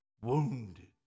wounded